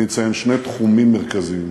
אני אציין שני תחומים מרכזיים,